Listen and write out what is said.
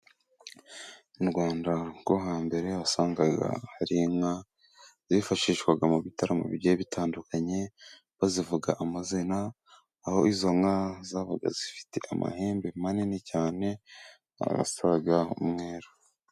Mu Rwanda rwo hambere, wasangaga hari inka zifashishwa mu bitaramo bigiye bitandukanye, bazivuga amazina, aho izo nka zabaga zifite amahembe manini cyane asa n'umweru.